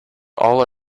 all